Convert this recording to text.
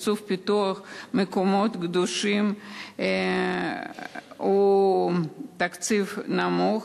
תקציב פיתוח מקומות קדושים הוא תקציב נמוך,